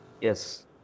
yes